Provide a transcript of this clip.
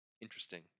interesting